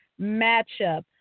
matchup